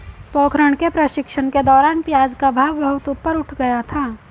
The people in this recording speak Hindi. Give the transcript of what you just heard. पोखरण के प्रशिक्षण के दौरान प्याज का भाव बहुत ऊपर उठ गया था